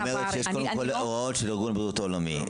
היא דיברה על הוראות ארגון הבריאות העולמי.